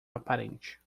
aparente